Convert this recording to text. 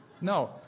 No